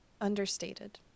understated